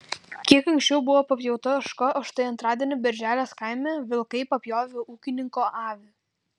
kiek anksčiau buvo papjauta ožka o štai antradienį berželės kaime vilkai papjovė ūkininko avį